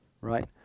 right